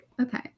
okay